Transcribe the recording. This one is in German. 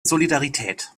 solidarität